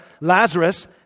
Lazarus